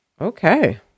Okay